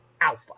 alpha